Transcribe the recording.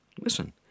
Listen